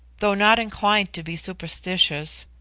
though not inclined to be superstitious,